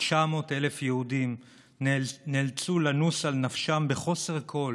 כ-900,000 יהודים נאלצו לנוס על נפשם בחוסר כול